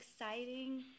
exciting